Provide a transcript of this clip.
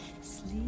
Sleep